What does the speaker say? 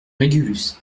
régulus